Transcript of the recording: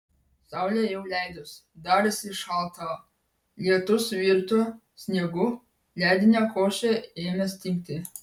saulė jau leidosi darėsi šalta lietus virto sniegu ledinė košė ėmė stingti